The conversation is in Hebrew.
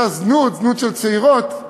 הזנות, זנות של צעירות,